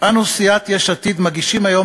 עמר בר-לב,